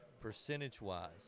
percentage-wise